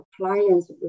appliance